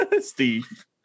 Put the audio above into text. Steve